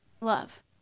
love